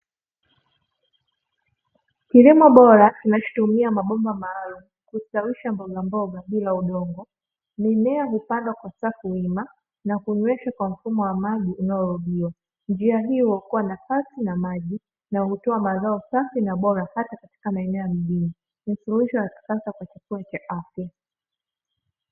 Kilimo bora kinachotumia mabomba maalumu, kustawisha mbogamboga bila udongo, mimea hupandwa kwa safu wima na kunyweshwa kwa mfumo wa maji unaorudiwa. Njia hii huokoa nafasi na maji, na hutoa mazao safi na bora hata katika maeneo ya mjini; ni suluhisho la kisasa kwa chakula cha afya.